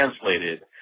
translated